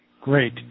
Great